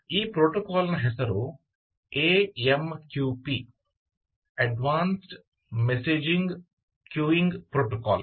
ಈ ಪ್ರೋಟೋಕಾಲ್ನ ಹೆಸರು AMQP advanced messaging queuing protocol